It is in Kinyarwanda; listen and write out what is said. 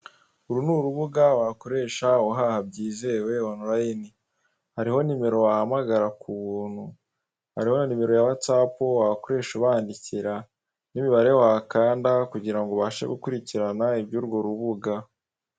Uru n'urubuga wakoresha uhaha byizewe online, hariho nimero wahamagara k'ubuntu, hariho na nimero ya watsapu wakoresha ubandikira, n'imibare wakanda kugirango ubashe gukurikirana ibyurwo rubuga.